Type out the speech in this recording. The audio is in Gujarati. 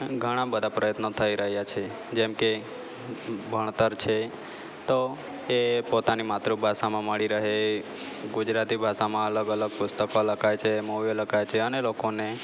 ઘણા બધા પ્રયત્નો થઈ રહ્યા છે જેમ કે ભણતર છે તો એ પોતાની માતૃ ભાષામાં મળી રહે ગુજરાતી ભાષામાં અલગ અલગ પુસ્તકો લખાય છે મૂવી લખાય છે અને લોકોને